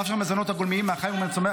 אף שהמזונות הגולמיים מהחי ומן הצומח